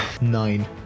Nine